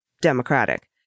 democratic